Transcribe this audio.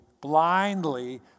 blindly